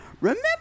Remember